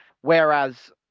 Whereas